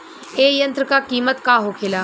ए यंत्र का कीमत का होखेला?